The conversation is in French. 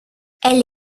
elle